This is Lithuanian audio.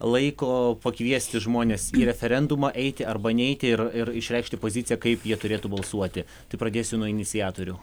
laiko pakviesti žmones į referendumą eiti arba neiti ir ir išreikšti poziciją kaip jie turėtų balsuoti tai pradėsiu nuo iniciatorių